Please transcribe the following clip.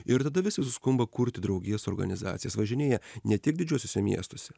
ir tada visi suskumba kurti draugijas organizacijas važinėja ne tik didžiuosiuose miestuose